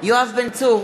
יואב בן צור,